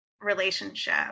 relationship